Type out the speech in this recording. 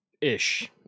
ish